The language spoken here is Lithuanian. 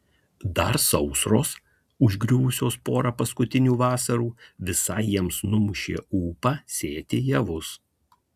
dar sausros užgriuvusios porą paskutinių vasarų visai jiems numušė ūpą sėti javus